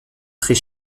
très